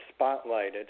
spotlighted